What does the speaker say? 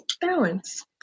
balance